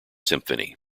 symphony